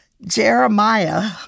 Jeremiah